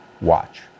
Watch